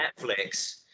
netflix